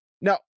Now